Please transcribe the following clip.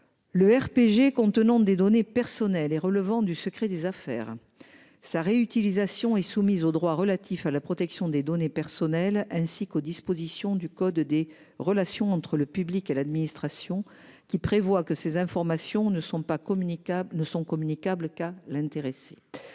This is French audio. Le RPG contenant des données personnelles et relevant du secret des affaires sa réutilisation est soumise au droit relatif à la protection des données personnelles, ainsi qu'aux dispositions du code des relations entre le public et l'administration qui prévoit que ces informations ne sont pas communicables Ne sont